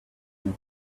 your